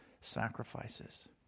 sacrifices